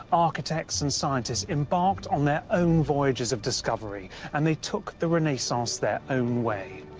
architects and scientists embarked on their own voyages of discovery, and they took the renaissance their own way.